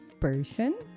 person